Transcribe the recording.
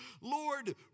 Lord